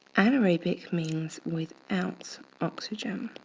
anaerobic means without oxygen.